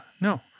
No